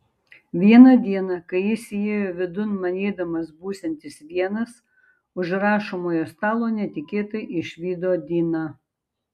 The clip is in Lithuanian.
vieną dieną kai jis įėjo vidun manydamas būsiantis vienas už rašomojo stalo netikėtai išvydo diną